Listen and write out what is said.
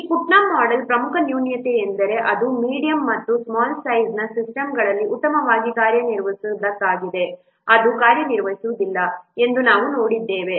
ಈ Putnam model ಪ್ರಮುಖ ನ್ಯೂನತೆಯೆಂದರೆ ಅದು ಮೀಡಿಯಂ ಮತ್ತು ಸ್ಮಾಲ್ ಸೈಜ್ನ ಸಿಸ್ಟಮ್ಗಳಲ್ಲಿ ಉತ್ತಮವಾಗಿ ಕಾರ್ಯನಿರ್ವಹಿಸದಿದ್ದಕ್ಕಾಗಿ ಅದು ಕಾರ್ಯನಿರ್ವಹಿಸುವುದಿಲ್ಲ ಎಂದು ನಾವು ನೋಡಿದ್ದೇವೆ